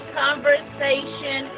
conversation